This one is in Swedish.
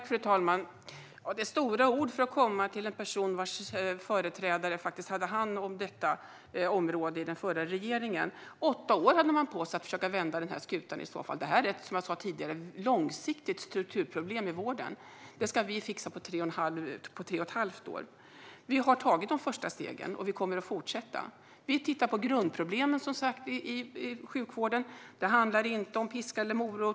Fru talman! Det är stora ord för att komma från en person vars företrädare hade hand om detta område i den förra regeringen. Åtta år hade man på sig att försöka vända den här skutan. Detta är, som jag sa tidigare, ett långsiktigt strukturproblem i vården. Ska vi fixa det på tre och ett halvt år? Vi har tagit de första stegen, och vi kommer att fortsätta. Vi tittar, som sagt, på grundproblemen i sjukvården. Det handlar inte om piska eller morot.